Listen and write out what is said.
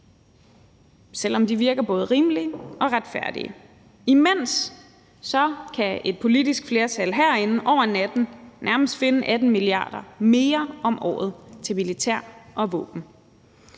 selv om de virker både rimelige og retfærdige. Imens kan et politisk flertal herinde over natten nærmest finde 18 mia. kr. mere om året til militær og våben